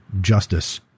justice